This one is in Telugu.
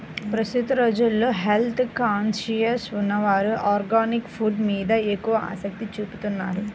ప్రస్తుత రోజుల్లో హెల్త్ కాన్సియస్ ఉన్నవారు ఆర్గానిక్ ఫుడ్స్ మీద ఎక్కువ ఆసక్తి చూపుతున్నారు